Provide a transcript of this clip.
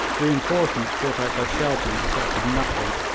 reinforcements brought out by shelton effected nothing,